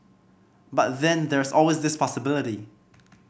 but then there's always this possibility